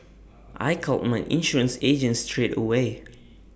I called my insurance agent straight away